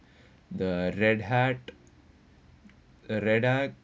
the Red Hat the Red Hat